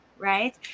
right